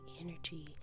energy